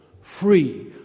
free